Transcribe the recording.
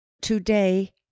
Today